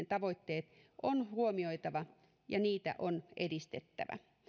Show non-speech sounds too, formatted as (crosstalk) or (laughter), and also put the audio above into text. (unintelligible) tavoitteet on huomioitava ja niitä on edistettävä